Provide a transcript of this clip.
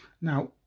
Now